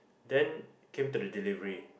then came to the delivery